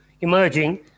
emerging